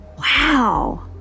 Wow